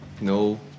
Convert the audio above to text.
No